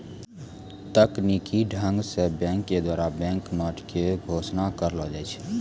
तकनीकी ढंग से बैंक के द्वारा बैंक नोट के घोषणा करलो जाय छै